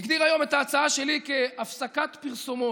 הגדיר היום את ההצעה שלי כהפסקת פרסומות.